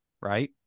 right